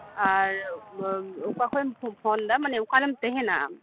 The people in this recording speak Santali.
ᱟᱨ ᱚᱠᱟᱷᱚᱱᱮᱢ ᱯᱷᱚᱱᱫᱟ ᱢᱟᱱᱮ ᱚᱠᱟᱨᱮᱢ ᱛᱟᱦᱮᱸᱱᱟ ᱟᱢ